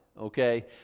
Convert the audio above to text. okay